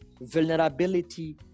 vulnerability